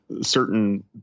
certain